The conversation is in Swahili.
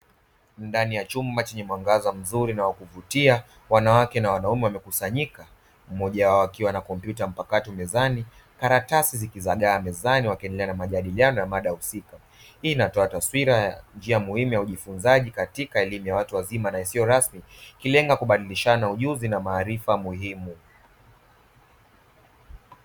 Ndani ya chumba chenye mwangaza mzuri na wakuvutia wanawake na wanaume, wamekusanyika mmoja wao akiwa na kompyuta mpakato mezani karatasi zikizagaa mezani wakiendelea na majadiliano ya mada husika. Hii inatoa taswira ya njia muhimu ya ujifunzaji katika elimu ya watu wazima isiyo rasmi, ikilenga kubadilishana ujuzi na maarifa muhimu.